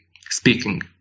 speaking